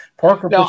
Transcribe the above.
parker